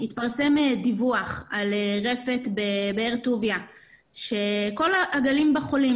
התפרסם דיווח על רפת בבאר טוביה שכל העגלים בה חולים.